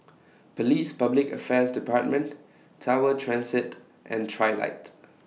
Police Public Affairs department Tower Transit and Trilight